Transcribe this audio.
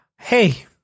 hey